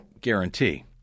guarantee